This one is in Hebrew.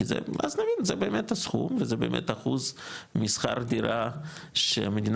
אז נגיד זה באמת הסכום וזה באמת אחוז משכר דירה שמדינת